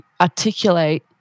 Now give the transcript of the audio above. articulate